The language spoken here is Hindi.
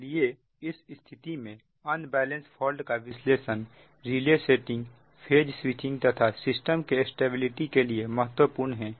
इसलिए इस स्थिति में अन बैलेंस फॉल्ट का विश्लेषण रिले सेटिंग फेज स्विचिंग तथा सिस्टम के स्टेबिलिटी के लिए महत्वपूर्ण है